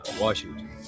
Washington